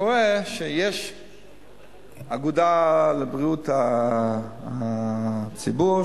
קורה שיש אגודה לבריאות הציבור,